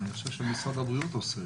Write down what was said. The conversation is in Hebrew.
חושב שמשרד הבריאות עושה